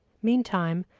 meantime,